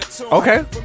Okay